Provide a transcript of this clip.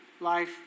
life